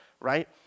right